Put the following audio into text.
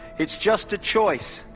it's just a choice.